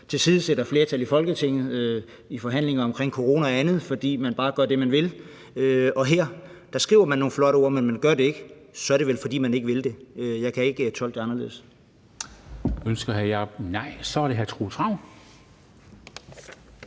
tilsidesætter flertal i Folketinget i forhandlinger omkring corona og andet, fordi man bare gør det, man vil. Og her skriver man nogle flotte ord, men man handler ikke, og det er vel, fordi man ikke vil det. Jeg kan ikke tolke det anderledes.